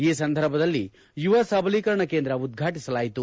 ಈ ಸಂದರ್ಭದಲ್ಲಿ ಯುವ ಸಬಲೀಕರಣ ಕೇಂದ್ರ ಉದ್ಘಾಟಸಲಾಯಿತು